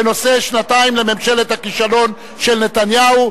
בנושא: שנתיים לממשלת הכישלון של נתניהו,